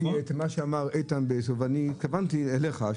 אני התכוונתי אליך,